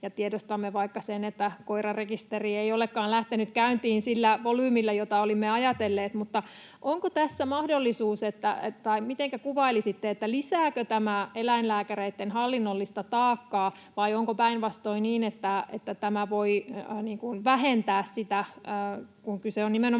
Tiedostamme vaikka sen, että koirarekisteri ei olekaan lähtenyt käyntiin sillä volyymilla, jota olimme ajatelleet. Mutta onko tässä mahdollisuus tai mitenkä kuvailisitte, lisääkö tämä eläinlääkäreitten hallinnollista taakkaa, vai onko päinvastoin niin, että tämä voi vähentää sitä, kun kyse on nimenomaan